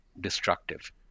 destructive